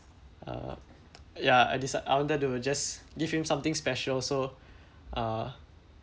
uh ya I decide I wanted to just give him something special so uh